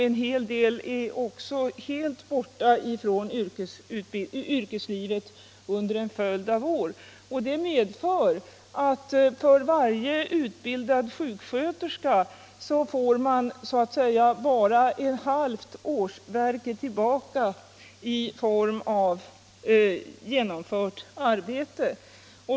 En hel del är också borta från yrkeslivet under en följd: av år. Detta medför att man för varje utbildad sjuksköterska så att säga bara får ett halvt årsverke i form av utfört arbete.